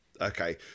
Okay